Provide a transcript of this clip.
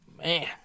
Man